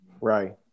Right